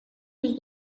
yüz